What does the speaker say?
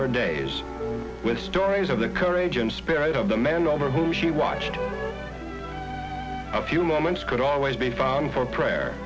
her days with stories of the courage and spirit of the men over whom she watched a few moments could always be found for prayer